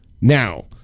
Now